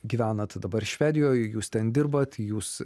gyvenat dabar švedijoj jūs ten dirbat jūs